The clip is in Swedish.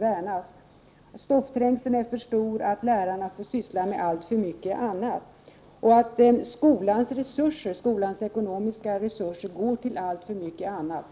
värnas. Stoffträngseln är för stor, och lärarna får syssla med alltför mycket annat. Skolans ekonomiska resurser går till alltför mycket annat.